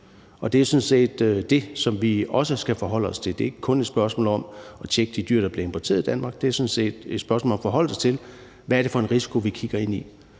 Og det er sådan set det, som vi også skal forholde os til. Det ikke kun et spørgsmål om at tjekke de dyr, der bliver importeret til Danmark; det er sådan set et spørgsmål om at forholde sig til, hvad det er for en risiko, vi kigger ind i.